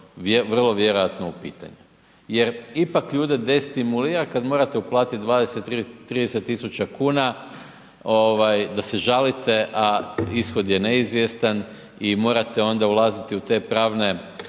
vrlo vjerojatno u pitanje. Jer ipak ljude destimulira kada morate uplatiti 20, 30 tisuća kuna da se žalite, a ishod je neizvjestan i morate onda ulaziti u te pravne